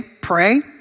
pray